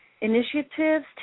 initiatives